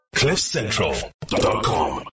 cliffcentral.com